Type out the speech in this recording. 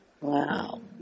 Wow